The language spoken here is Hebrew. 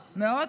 מאוד.